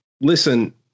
listen